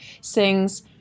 sings